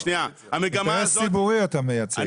אינטרס ציבורי אתה מייצג.